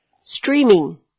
streaming